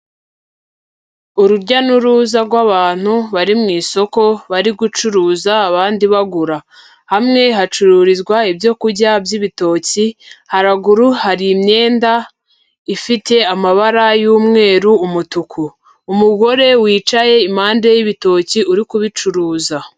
Urujya n'uruza rw'abantu bari mu isoko bari gucuruza abandi bagura, hamwe hacururizwa ibyo kurya by'ibitoki, haraguru hari imyenda ifite amabara y'umweru, umutuku, umugore wicaye impande y'ibitoki uri kubicuruza.